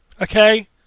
Okay